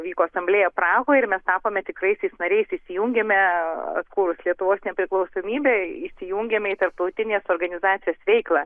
vyko asamblėja prahoj ir mes tapome tikraisiais nariais įsijungėme atkūrus lietuvos nepriklausomybę įsijungėme į tarptautinės organizacijos veiklą